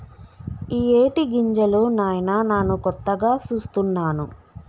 ఇయ్యేటి గింజలు నాయిన నాను కొత్తగా సూస్తున్నాను